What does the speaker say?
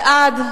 בעד,